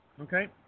Okay